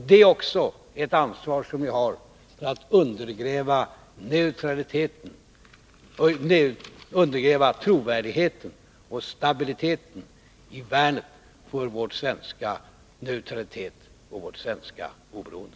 Det är också ett ansvar som ni har för att undergräva trovärdigheten och stabiliteten i värnet om vår svenska neutralitet och vårt svenska oberoende.